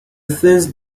first